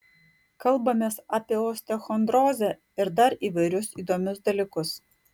kalbamės apie osteochondrozę ir dar įvairius įdomius dalykus